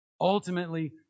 ultimately